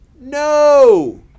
No